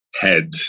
head